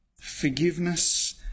forgiveness